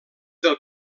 del